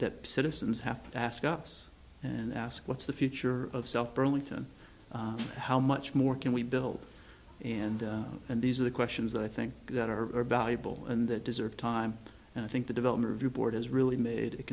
citizens have to ask us and ask what's the future of self burlington how much more can we build and and these are the questions that i think that are valuable and that deserve time and i think the development of your board has really made